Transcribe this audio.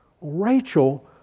Rachel